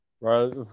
Right